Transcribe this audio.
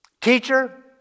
Teacher